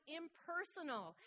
impersonal